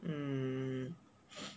mm